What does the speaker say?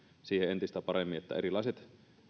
siihen entistä paremmin että erilaiset